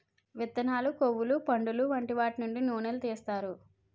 విత్తనాలు, కొవ్వులు, పండులు వంటి వాటి నుండి నూనెలు తీస్తారు